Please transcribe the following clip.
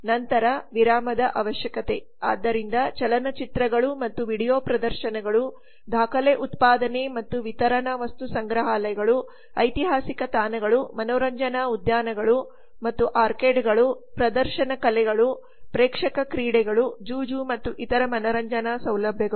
ನಂತರ ವಿರಾಮದ ಅವಶ್ಯಕತೆ ಆದ್ದರಿಂದ ಚಲನ ಚಿತ್ರಗಳು ಮತ್ತು ವಿಡಿಯೋ ಪ್ರದರ್ಶನಗಳು ದಾಖಲೆ ಉತ್ಪಾದನೆ ಮತ್ತು ವಿತರಣಾ ವಸ್ತು ಸಂಗ್ರಹಾಲಯಗಳು ಐತಿಹಾಸಿಕ ತಾಣಗಳು ಮನೋರಂಜನಾ ಉದ್ಯಾನಗಳು ಮತ್ತು ಆರ್ಕೇಡ್ಗಳು ಮತ್ತು ಪ್ರದರ್ಶನ ಕಲೆಗಳು ಪ್ರೇಕ್ಷಕ ಕ್ರೀಡೆಗಳು ಜೂಜು ಮತ್ತು ಇತರ ಮನರಂಜನಾ ಸೌಲಭ್ಯಗಳು